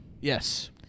yes